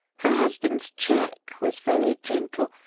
her husband's check was very gentle,